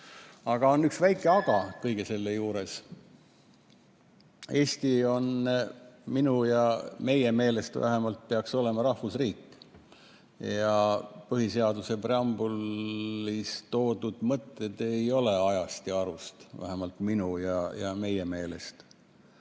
Aga on üks väike aga kõige selle juures. Minu ja meie meelest Eesti on või vähemalt peaks olema rahvusriik. Ja põhiseaduse preambulis toodud mõtted ei ole ajast ja arust, vähemalt minu ja meie meelest.